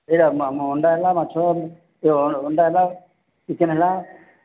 ଏଇଟା ଅଣ୍ଡା ହେଲା ମାଛ ଅଣ୍ଡା ହେଲା ଚିକେନ୍ ହେଲା